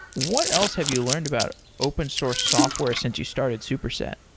what else have you learned about open source software since you started superset?